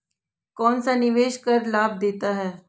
कौनसा निवेश कर लाभ देता है?